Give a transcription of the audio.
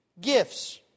gifts